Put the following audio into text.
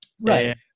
Right